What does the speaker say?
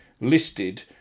listed